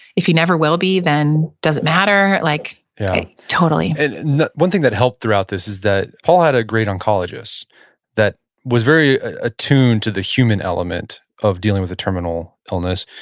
if he never will be, then does it matter? like totally yeah. one thing that helped throughout this is that paul had a great oncologist that was very attuned to the human element of dealing with a terminal illness.